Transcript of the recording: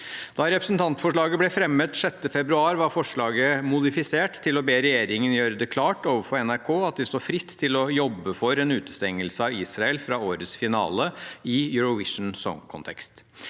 Da representantforslaget ble fremmet 6. februar, var forslaget modifisert til å be regjeringen gjøre det klart overfor NRK at de står fritt til å jobbe for en utestengelse av Israel fra årets finale i Eurovision Song Contest.